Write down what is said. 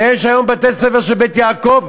ויש היום בתי-ספר של "בית יעקב".